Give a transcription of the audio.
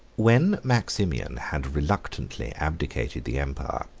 when maximian had reluctantly abdicated the empire,